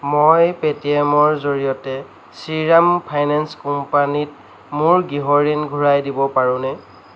মই পে' টি এমৰ জৰিয়তে শ্ৰী ৰাম ফাইনেন্স কোম্পানীত মোৰ গৃহ ঋণ ঘূৰাই দিব পাৰোনে